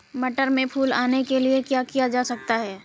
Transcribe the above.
मटर में फूल आने के लिए क्या किया जा सकता है?